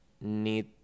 need